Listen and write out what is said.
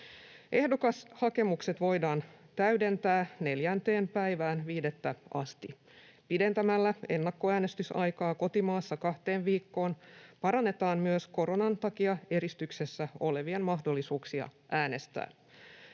Ehdokashakemuksia voidaan täydentää 4.5. asti. Pidentämällä ennakkoäänestysaikaa kotimaassa kahteen viikkoon parannetaan myös koronan takia eristyksessä olevien mahdollisuuksia äänestää.